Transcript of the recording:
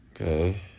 Okay